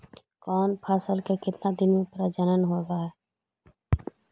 कौन फैसल के कितना दिन मे परजनन होब हय?